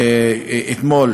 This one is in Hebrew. אתמול,